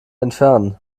entfernen